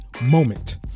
moment